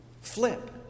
Flip